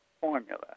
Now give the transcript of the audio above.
formula